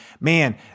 Man